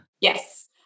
Yes